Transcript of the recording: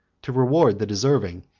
to reward the deserving,